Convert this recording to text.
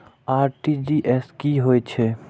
RTGS की होय छै